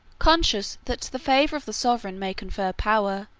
conscious that the favor of the sovereign may confer power,